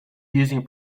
using